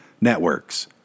networks